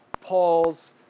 Paul's